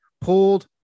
pulled